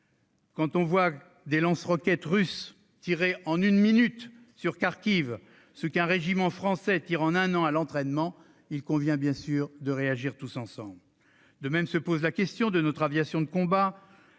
sur Kharkiv, des lance-roquettes russes tirent en une minute ce qu'un régiment français tire en un an à l'entraînement, nous devons bien sûr réagir tous ensemble. De même se pose la question de notre aviation de combat.